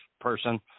person